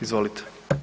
Izvolite.